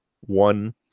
one